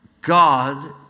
God